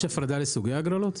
יש הפרדה לפי סוגי ההגרלות?